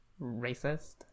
Racist